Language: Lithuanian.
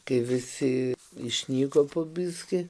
kai visi išnyko po biskį